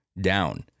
down